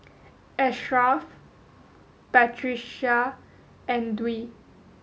Ashraff Batrisya and Dwi